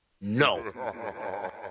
no